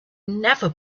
never